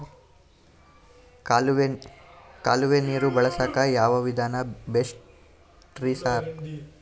ಕಾಲುವೆ ನೀರು ಬಳಸಕ್ಕ್ ಯಾವ್ ವಿಧಾನ ಬೆಸ್ಟ್ ರಿ ಸರ್?